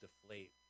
deflate